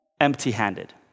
empty-handed